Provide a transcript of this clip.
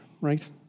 right